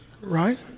Right